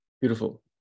Beautiful